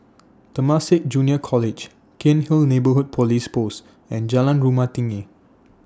Temasek Junior College Cairnhill Neighbourhood Police Post and Jalan Rumah Tinggi